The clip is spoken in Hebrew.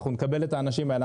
אנחנו נקבל את האנשים האלה.